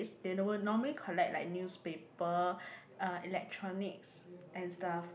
it's they will normal normally collect like newspaper uh electronics and stuff